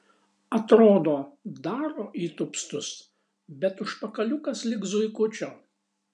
atrodo daro įtūpstus bet užpakaliukas lyg zuikučio